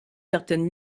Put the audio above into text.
certaines